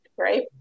Right